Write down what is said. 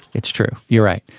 it's true you're right.